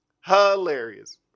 Hilarious